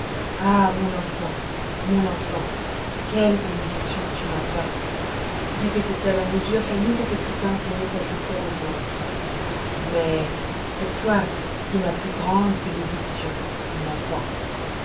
ah mon enfant mon enfant quelle bénédiction tu m'apportes répétait-elle à mesure qu'un nouveau petit pain venait s'ajouter aux autres mais c'est toi qui es ma plus grande bénédiction mon enfant